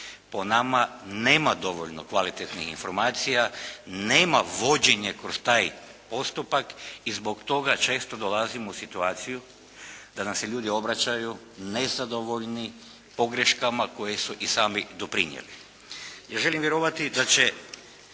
po nama nema dovoljno kvalitetnih informacija, nema vođenja kroz taj postupak i zbog toga često dolazimo u situaciju da nam se ljudi obraćaju nezadovoljni pogreškama koje su i sami doprinijeli. Ja želim vjerovati da će